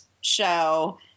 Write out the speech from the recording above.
show